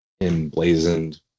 emblazoned